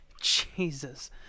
Jesus